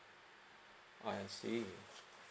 ah I see